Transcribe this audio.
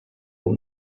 will